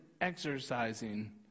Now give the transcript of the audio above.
exercising